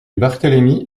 barthélémy